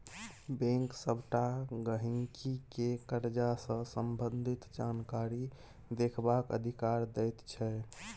bank सबटा गहिंकी केँ करजा सँ संबंधित जानकारी देखबाक अधिकार दैत छै